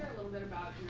little bit about